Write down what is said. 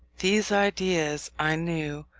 these ideas, i knew,